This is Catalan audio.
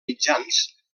mitjans